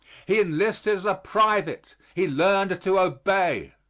he enlisted as a private he learned to obey.